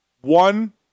one